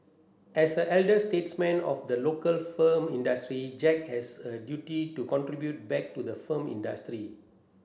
as the elder statesman of the local film industry Jack has a duty to contribute back to the film industry